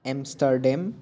Amsterdam